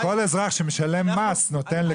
כל אזרח שמשלם מס נותן,